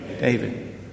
David